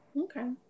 Okay